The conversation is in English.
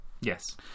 Yes